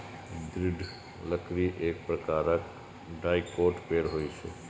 दृढ़ लकड़ी एक प्रकारक डाइकोट पेड़ होइ छै